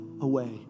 away